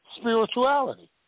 spirituality